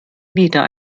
wieder